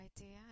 idea